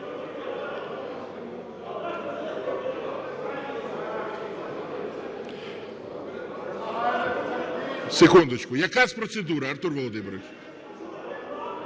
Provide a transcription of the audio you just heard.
Секундочку. Як раз з процедури, Артур Володимирович!